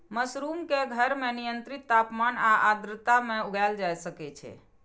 mushroom कें घर मे नियंत्रित तापमान आ आर्द्रता मे उगाएल जा सकै छै